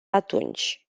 atunci